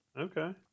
Okay